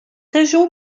région